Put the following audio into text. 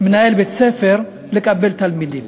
מנהל בית-ספר לקבל תלמידים,